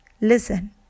Listen